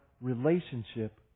relationship